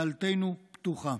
דלתנו פתוחה.